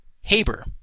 Haber